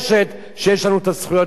שיש לנו הזכויות בארץ-ישראל.